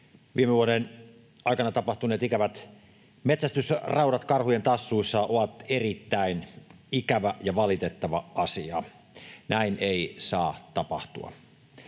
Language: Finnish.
Viime vuoden aikana tapahtuneet ikävät metsästysraudat karhujen tassuissa ovat erittäin ikävä ja valitettava asia. Näin ei saa tapahtua.